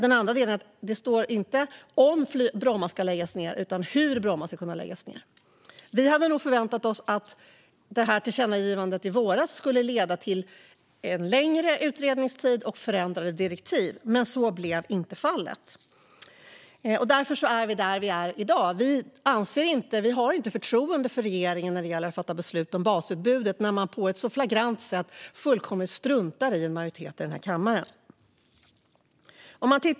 I direktiven står det dessutom inte något om Bromma ska läggas ned utan hur flygplatsen ska kunna läggas ned. Vi hade nog förväntat oss att tillkännagivandet från i våras skulle leda till en längre utredningstid och förändrade direktiv, men så blev inte fallet. Därför befinner vi oss där vi gör i dag. Vi har inte förtroende för regeringen när det gäller att fatta beslut om basutbudet när den på ett så flagrant sätt fullkomligt struntar i majoriteten i kammaren.